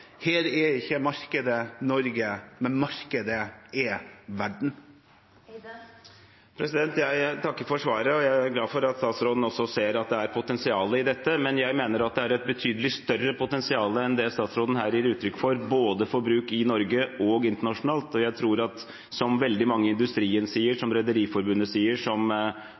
Her er ikke markedet Norge, men markedet er verden. Jeg takker for svaret. Jeg er glad for at statsråden også ser at det er et potensial i dette, men jeg mener at det er et betydelig større potensial enn det statsråden her gir uttrykk for – for bruk både i Norge og internasjonalt. Jeg tror – som veldig mange i industrien sier, som Rederiforbundet sier, som